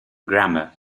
grammer